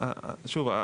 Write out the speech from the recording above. שוב,